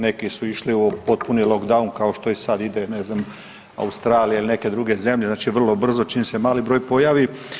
Neke su išli u potpuni lockdown kao što i sada ide ne znam Australija ili neke druge zemlje znači vrlo brzo čim se mali broj pojavi.